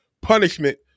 punishment